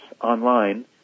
online